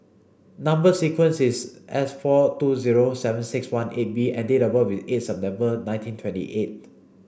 number sequence is S four two zero seven six one eight B and date of birth is eight September nineteen twenty eight